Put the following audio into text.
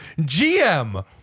GM